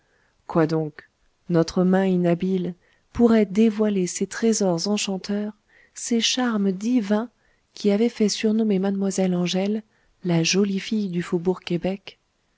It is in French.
quoi donc notre main inhabile pourrait dévoiler ces trésors enchanteurs ces charmes divins qui avaient fait surnommer mademoiselle angèle la jolie fille du faubourg québec